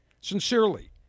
sincerely